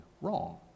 wrong